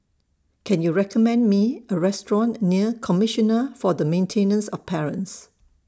Can YOU recommend Me A Restaurant near Commissioner For The Maintenance of Parents